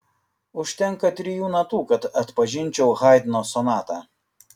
užtenka trijų natų kad atpažinčiau haidno sonatą